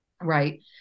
right